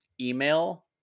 email